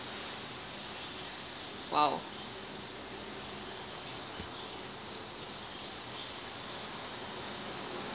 !wow!